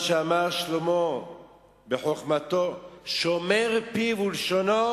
מה שאמר שלמה בחוכמתו: "שומר פיו ולשונו,